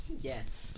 Yes